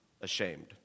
ashamed